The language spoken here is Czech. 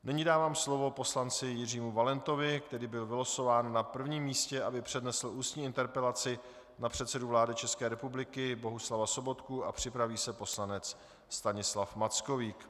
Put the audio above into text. Nyní dávám slovo poslanci Jiřímu Valentovi, který byl vylosován na prvním místě, aby přednesl ústní interpelaci na předsedu vlády České republiky Bohuslava Sobotku, a připraví se poslanec Stanislav Mackovík.